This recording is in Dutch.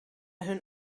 hun